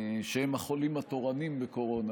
שהם החולים התורנים בקורונה,